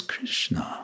Krishna